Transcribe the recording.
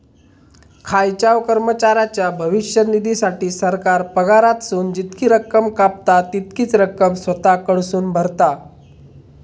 खायच्याव कर्मचाऱ्याच्या भविष्य निधीसाठी, सरकार पगारातसून जितकी रक्कम कापता, तितकीच रक्कम स्वतः कडसून भरता